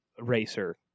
racer